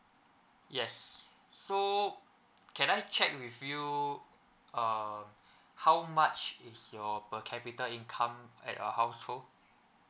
yes so can I check with you um how much is your per capita income at your household